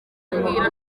ambwira